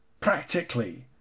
Practically